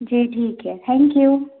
जी ठीक है thank you